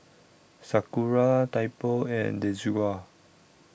Sakura Typo and Desigual